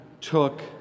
took